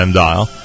dial